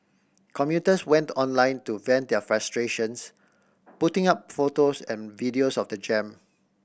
commuters went online to vent their frustrations putting up photos and videos of the jam